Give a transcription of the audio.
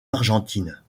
argentine